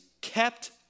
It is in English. kept